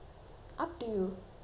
I'm on leave on s~